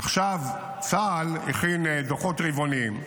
עכשיו, צה"ל הכין דוחות רבעוניים,